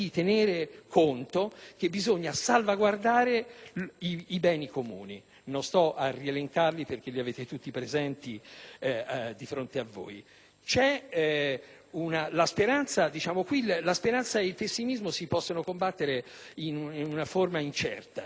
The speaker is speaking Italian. che bisogna salvaguardare i beni comuni: non sto ad elencarli perché li avete tutti ben presenti di fronte a voi. La speranza e il pessimismo si possono combattere in una forma incerta: